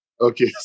Okay